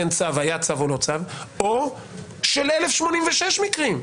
כן צו או של 1,086 מקרים?